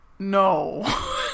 no